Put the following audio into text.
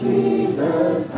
Jesus